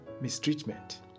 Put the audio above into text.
mistreatment